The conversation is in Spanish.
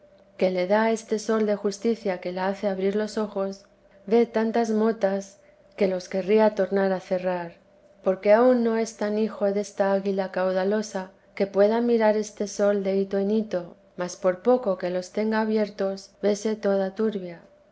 que le da este sol de justicia que la hace abrir los ojos ve tantas motas que los querría tornar a cerrar porque aun no es tan hijo desta águila caudalosa que pueda mirar este sol de hito en hito mas por poco que los tenga abiertos vese toda turbia